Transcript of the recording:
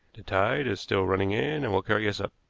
the tide is still running in, and will carry us up.